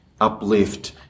uplift